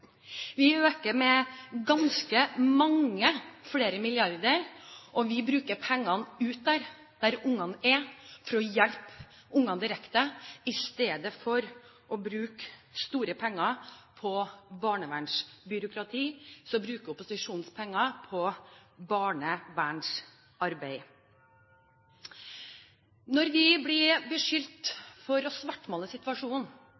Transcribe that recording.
Vi øker med ganske mange flere milliarder kr, og vi bruker pengene der ute hvor ungene er, for å hjelpe ungene direkte. Istedenfor å bruke store penger på barnevernsbyråkrati, brukes opposisjonens penger på barnevernsarbeid. Når vi blir beskyldt for å svartmale situasjonen,